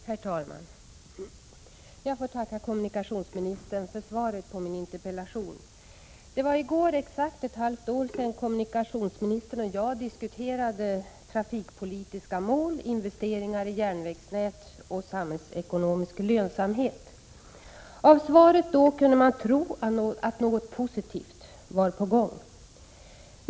Herr talman! Jag får tacka kommunikationsministern för svaret på min interpellation. Det var i går exakt ett halvt år sedan kommunikationsministern och jag diskuterade trafikpolitiska mål, investeringar i järnvägsnät och samhällsekonomisk lönsamhet. Av svaret då kunde man tro att något positivt var på gång.